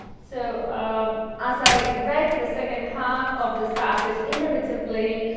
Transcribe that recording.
so as i read the second half of this passage inevitably,